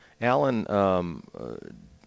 Alan